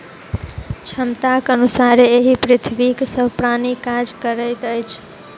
क्षमताक अनुसारे एहि पृथ्वीक सभ प्राणी काज करैत अछि